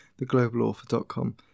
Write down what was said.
theglobalauthor.com